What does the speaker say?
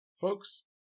Folks